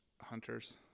hunters